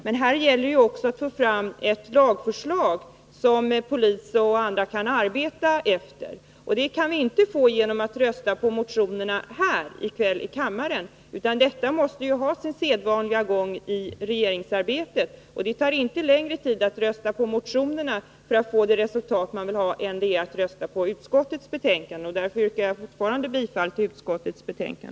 Men här gäller det också att få fram ett lagförslag, som polis och andra kan arbeta efter, och det kan vi inte få genom att rösta på motionerna här i kammaren i kväll, utan den saken måste ha sin sedvanliga gångiregeringsarbetet. Det tar inte kortare tid om man röstar på motionerna än om man röstar på utskottets förslag, och därför yrkar jag fortfarande bifall till utskottets hemställan.